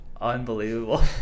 unbelievable